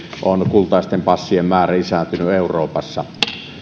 on kultaisten passien määrä lisääntynyt euroopassa